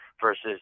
versus